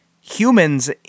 humans